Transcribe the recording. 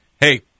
hey